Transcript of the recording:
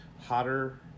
Hotter